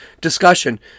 discussion